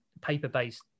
paper-based